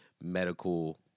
medical